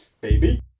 baby